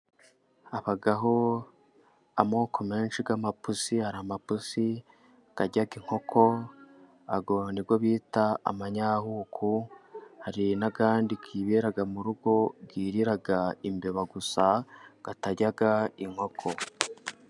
Habaho amoko menshi y'amapusi, hari amapusi arya inkoko, ayo niyo bita amanyahuku, hari n'andi yibera mu rugo yirira imbeba gusa, atarya inkoko.